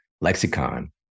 lexicon